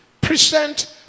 Present